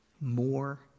More